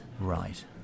Right